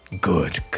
good